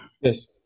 Yes